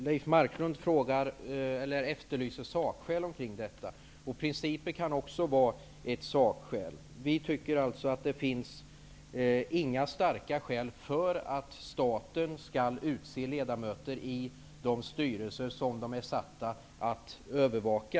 Herr talman! Leif Marklund efterlyser sakskäl. Principer kan också vara sakskäl. Vi tycker alltså att det inte finns några starka skäl för att staten skall utse ledamöter i de styrelser som de är satta att övervaka.